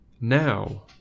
now